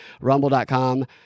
rumble.com